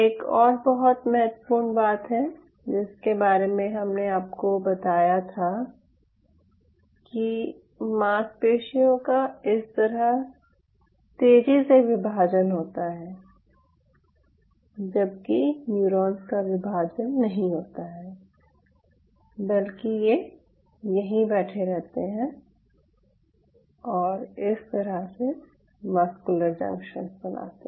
एक और बहुत महत्वपूर्ण बात है जिसके बारे में हमने आपको बताया था कि मांसपेशियों का इस तरह तेजी से विभाजन होता है जबकि न्यूरॉन्स का विभाजन नहीं होता है बल्कि ये वहीं बैठे रहते हैं और इस तरह से मस्कुलर जंक्शन्स बनाते हैं